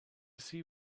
see